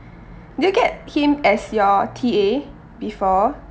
did you get him as your T_A before